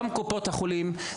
גם קופות החולים,